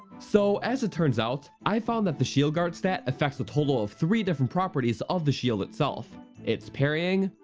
so as it turns out, i found that the shield guard stat effects a total of three different properties of the shield itself its parrying,